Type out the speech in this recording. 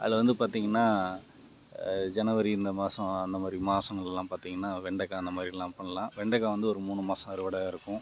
அதில் வந்து பார்த்திங்கன்னா ஜனவரி இந்த மாதம் அந்த மாதிரி மாதங்கள்லாம் பார்த்திங்கன்னா வெண்டைக்கா அந்த மாதிரிலாம் பண்ணலாம் வெண்டைக்கா வந்து ஒரு மூணு மாதம் அறுவடையாக இருக்கும்